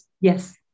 Yes